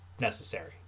necessary